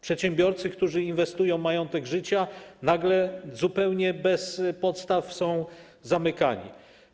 Przedsiębiorcy, którzy inwestują majątek życia, nagle zupełnie bez podstaw są zamykani.